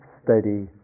steady